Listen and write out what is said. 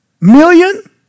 million